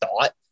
thought